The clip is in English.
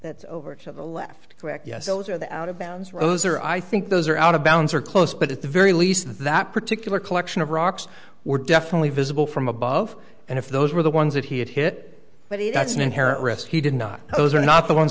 that's over to the left yes those are the out of bounds rows or i think those are out of bounds or close but at the very least that particular collection of rocks were definitely visible from above and if those were the ones that he had hit but he that's not herit rest he did not pose are not the ones